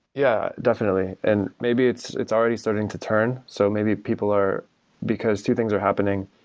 yeah, definitely. and maybe it's it's already starting to turn, so maybe people are because two things are happening.